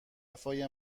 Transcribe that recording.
وفای